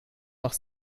nach